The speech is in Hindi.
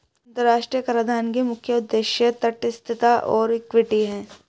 अंतर्राष्ट्रीय कराधान के मुख्य उद्देश्य तटस्थता और इक्विटी हैं